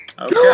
Okay